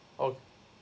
okay